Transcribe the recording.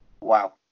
wow